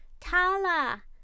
Tala